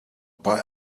bei